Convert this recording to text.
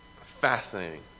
fascinating